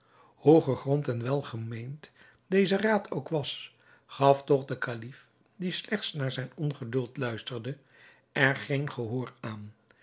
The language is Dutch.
hoe gegrond en welgemeend deze raad ook was gaf toch de kalif die slechts naar zijn ongeduld luisterde er geen gehoor aan